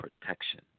protection